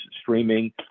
streaming